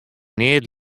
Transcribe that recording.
neat